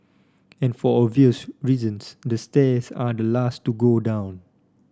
and for obvious reasons the stairs are the last to go down